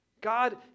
God